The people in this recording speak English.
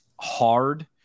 hard